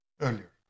earlier